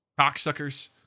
cocksuckers